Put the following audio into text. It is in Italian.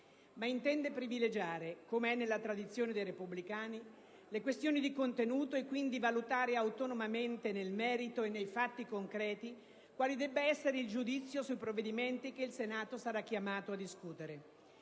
ma intende privilegiare - come è nella tradizione dei repubblicani - le questioni di contenuto e quindi valutare autonomamente nel merito e nei fatti concreti quale debba essere il giudizio sui provvedimenti che il Senato sarà chiamato a discutere.